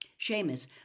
Seamus